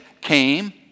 came